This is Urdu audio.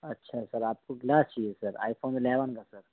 اچھا سر آپ کو گلاس چاہیے سر آئی فون الیون کا سر